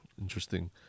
interesting